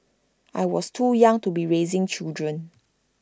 I was too young to be raising children